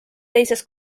teises